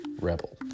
Rebel